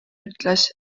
ütles